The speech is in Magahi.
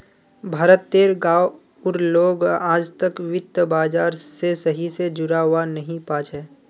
भारत तेर गांव उर लोग आजतक वित्त बाजार से सही से जुड़ा वा नहीं पा छे